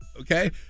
okay